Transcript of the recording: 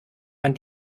man